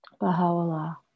Baha'u'llah